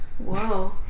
Whoa